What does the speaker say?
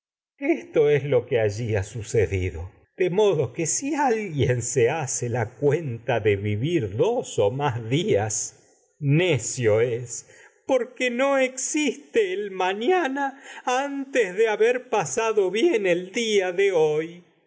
esto lo allí ha suce dido de modo que si alguien se hace la cuenta de vivir dos o más días necio es porque no existe el mañana antes de haber pasado bien el día de'hoy de las